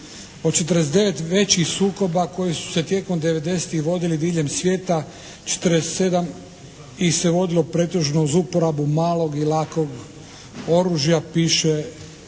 Od 49 većih sukoba koji su se tijekom 90-tih vodili diljem svijeta 47 ih se vodilo pretežno uz uporabu malog i lakog oružja, piše